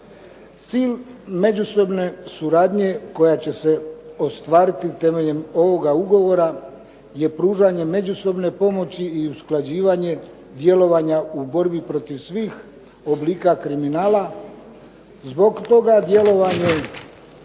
Cilj međusobne suradnje koja će se ostvariti temeljem ovoga ugovora je pružanje međusobne pomoći i usklađivanje djelovanja u borbi protiv svih oblika kriminala. Zbog toga djelovanje